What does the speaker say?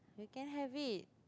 you can have it